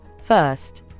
First